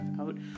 out